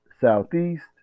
Southeast